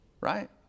right